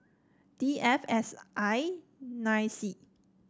D F S I nine C